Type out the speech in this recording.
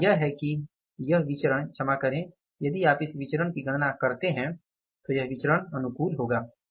सुधार यह है कि यह प्रसरण क्षमा करे यदि आप इस विचरण की गणना करते हैं तो यह विचरण अनुकूल होगा